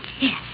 Yes